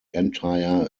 entire